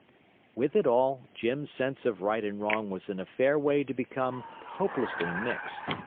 with it all, jim's sense of right and wrong was in a fair way to become hopelessly mixed.